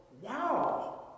wow